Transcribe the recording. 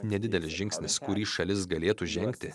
nedidelis žingsnis kurį šalis galėtų žengti